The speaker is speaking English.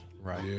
Right